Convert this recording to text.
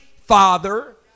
father